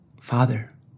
Father